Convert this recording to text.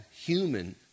human